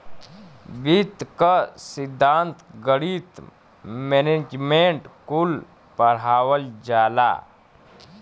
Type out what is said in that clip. वित्त क सिद्धान्त, गणित, मैनेजमेंट कुल पढ़ावल जाला